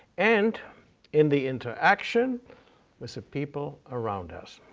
and in the interaction with the people around us,